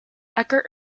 eckert